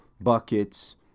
buckets